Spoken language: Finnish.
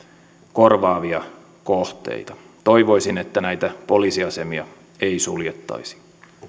korvaavia kohteita toivoisin että näitä poliisiasemia ei suljettaisi